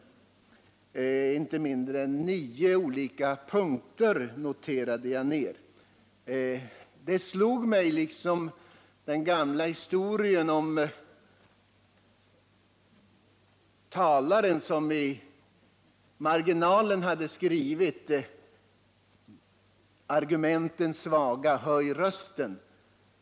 Jag noterade att det rörde sig om inte mindre än nio olika punkter. När jag lyssnade till Lennart Andersson kom jag att tänka på historien om talaren som i marginalen på sitt manuskript hade skrivit: Argumenten svaga, höj rösten!